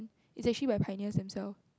is actually by pioneers them self